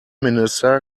minister